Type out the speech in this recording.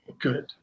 Good